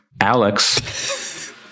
Alex